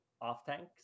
off-tanks